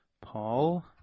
Paul